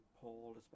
Paul